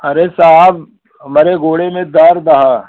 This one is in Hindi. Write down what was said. अरे साहब हमारे गोड़े में दर्द ह